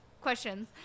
questions